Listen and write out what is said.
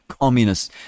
communists